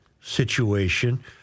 situation